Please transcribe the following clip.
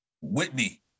Whitney